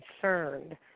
concerned